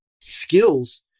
skills